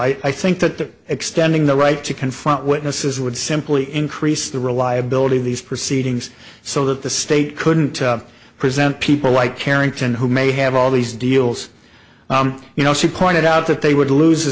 so i think that extending the right to confront witnesses would simply increase the reliability of these proceedings so that the state couldn't present people like carrington who may have all these deals you know she pointed out that they would lose